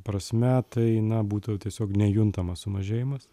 prasme tai na būtų tiesiog nejuntamas sumažėjimas